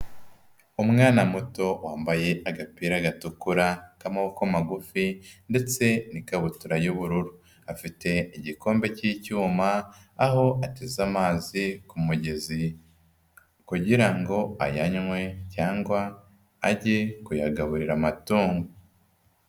Umwana muto wambaye agapira gatukura k'amaboko magufi ndetse n'ikabutura y'ubururu. Afite igikombe cy'icyuma aho ateze amazi ku mugezi kugira ngo ayanywe cyangwa ajye kuyagaburira amatungo.